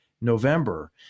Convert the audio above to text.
November